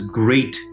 great